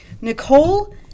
Nicole